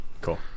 Cool